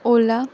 ola